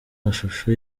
amashusho